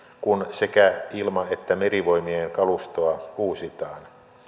kun sekä ilma että merivoimien kalustoa uusitaan